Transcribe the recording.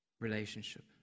relationship